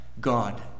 God